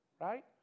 Right